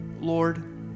Lord